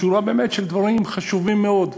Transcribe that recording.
שורה, באמת, של דברים חשובים מאוד.